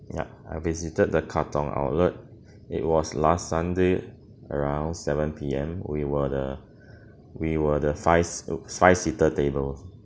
yup I visited the katong outlet it was last sunday around seven P_M we were the we were the five five seater table